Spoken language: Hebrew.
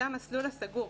זה לא המסלול הסגור.